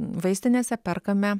vaistinėse perkame